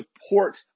support